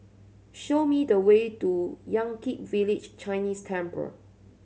show me the way to Yan Kit Village Chinese Temple